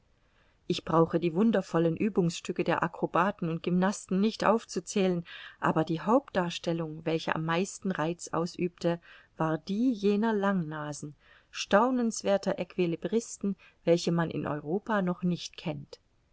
ich brauche die wundervollen uebungsstücke der akrobaten und gymnasten nicht aufzuzählen aber die hauptdarstellung welche am meisten reiz ausübte war die jener langnasen staunenswerther equilibristen welche man in europa noch nicht kennt